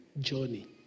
journey